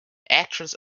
actions